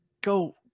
Go